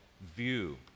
view